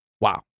wow